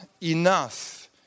enough